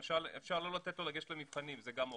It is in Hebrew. למשל אפשר לא לתת לו לגשת למבחנים, זה גם אופציה.